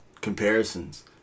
comparisons